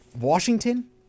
Washington